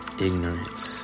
Ignorance